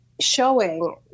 Showing